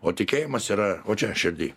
o tikėjimas yra va čia širdy